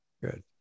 Good